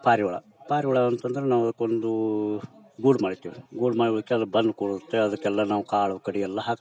ಪಾರಿವಾಳ ಪಾರಿವಾಳ ಅಂತಂದ್ರೆ ನಾವು ಅದ್ಕೊಂದು ಗೂಡು ಮಾಡಿರ್ತೇವೆ ಗೂಡು ಮಾಡಲಿಕ್ಕೆ ಅದು ಬಂದು ಕೂರುತ್ತೆ ಅದಕ್ಕೆಲ್ಲ ನಾವು ಕಾಳು ಕಡ್ಡಿಯೆಲ್ಲ ಹಾಕ್ತೇವೆ